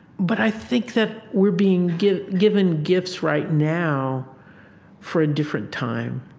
but i think that we're being given given gifts right now for a different time.